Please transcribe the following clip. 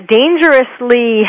dangerously